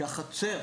שחצר